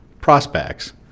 prospects